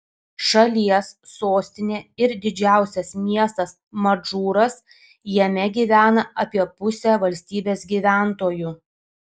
šalies sostinė ir didžiausias miestas madžūras jame gyvena apie pusę valstybės gyventojų